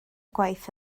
gwaith